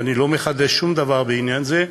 ואני לא מחדש שום דבר בעניין זה,